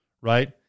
right